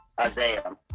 Isaiah